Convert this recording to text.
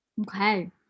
Okay